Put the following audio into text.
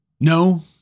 No